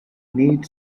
need